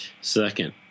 Second